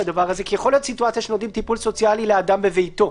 כי יכולה להיות סיטואציה שנותנים טיפול סוציאלי לאדם בביתו.